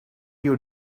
you